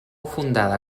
fundada